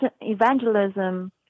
evangelism